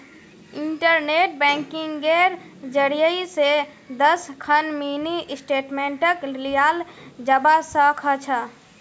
internet बैंकिंगेर जरियई स दस खन मिनी स्टेटमेंटक लियाल जबा स ख छ